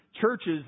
churches